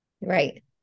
Right